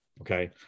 Okay